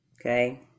Okay